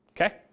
okay